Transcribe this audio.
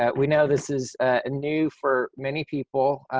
ah we know this is ah new for many people,